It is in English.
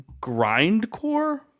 Grindcore